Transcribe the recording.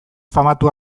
famatu